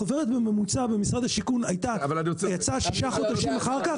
חוברת בממוצע במשרד השיכון יצאה שישה חודשים אחר כך,